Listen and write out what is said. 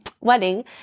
wedding